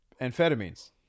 amphetamines